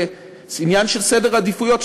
זה עניין של סדר עדיפויות.